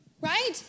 Right